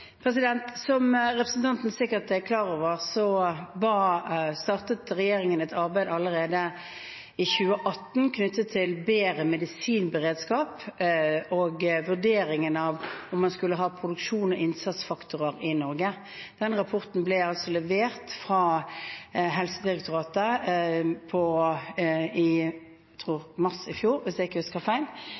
Som representanten sikkert er klar over, startet regjeringen et arbeid allerede i 2018 knyttet til bedre medisinberedskap og vurderingen av om man skulle ha produksjons- og innsatsfaktorer i Norge. Den rapporten ble levert fra Helsedirektoratet i mars i fjor, hvis jeg ikke husker feil.